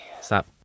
stop